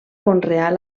conrear